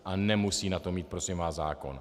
A nemusí na to mít prosím vás zákon.